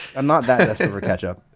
i'm not that desperate for ketchup!